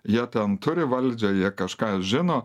jie ten turi valdžią jie kažką žino